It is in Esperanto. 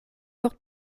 por